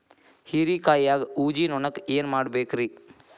ಹೇರಿಕಾಯಾಗ ಊಜಿ ನೋಣಕ್ಕ ಏನ್ ಮಾಡಬೇಕ್ರೇ?